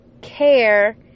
care